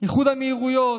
איחוד האמירויות,